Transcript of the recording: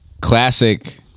classic